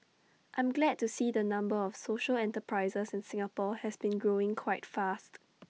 I'm glad to see the number of social enterprises in Singapore has been growing quite fast